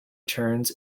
turns